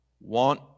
want